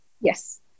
Yes